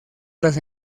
las